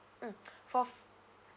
mm for